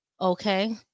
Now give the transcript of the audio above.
Okay